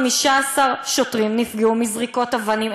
15 שוטרים נפגעו מזריקות אבנים.